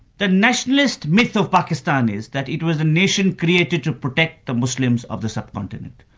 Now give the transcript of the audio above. the nationalist myth of pakistanis that it was a nation created to protect the muslims of the subcontinent,